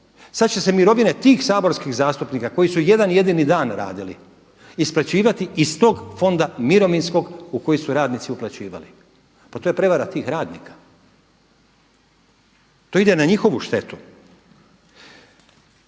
sad će se mirovine tih saborskih zastupnika koji su jedan jedini dan radili isplaćivati iz tog Fonda mirovinskog u koji su radnici uplaćivali. Pa to je prevara tih radnika. To ide na njihovu štetu.